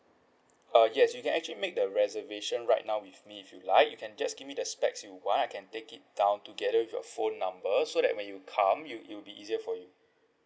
uh yes you can actually make the reservation right now with me if you like you can just give me the specs you want I can take it down together with your phone number so that when you come you it will be easier for you